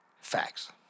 Facts